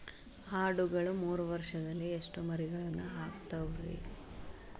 ಆಡುಗಳು ವರುಷದಲ್ಲಿ ಎಷ್ಟು ಮರಿಗಳನ್ನು ಹಾಕ್ತಾವ ರೇ?